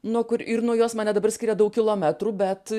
nuo kur ir nuo jos mane dabar skiria daug kilometrų bet